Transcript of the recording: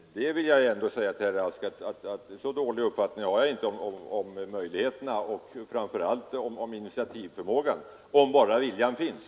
Så låg uppfattning har jag ändå inte om Kungl. Maj:ts handlingsmöjligheter och initiativkraft — om bara viljan finns!